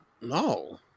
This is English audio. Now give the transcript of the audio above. no